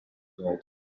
gold